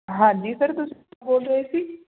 ਹਾਂਜੀ ਸਰ ਤੁਸੀਂ ਕੀ ਬੋਲ ਰਹੇ ਸੀ